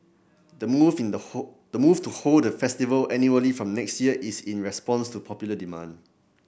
the move in the the move to hold the festival annually from next year is in response to popular demand